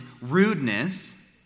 rudeness